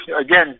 Again